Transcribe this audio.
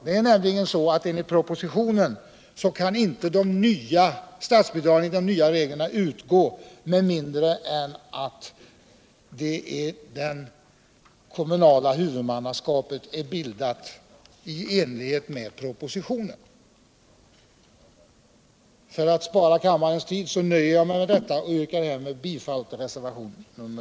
Det är så att enligt propositionen kan inte statsbidrag enligt de nya reglerna utgå med mindre än att det kommunala huvudmannaskapet är bildat i enlighet med propositionens bestämmelser. För att spara kammarens tid nöjer jag mig med detta och yrkar härmed bifall till reservationen 2.